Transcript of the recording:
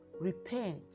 repent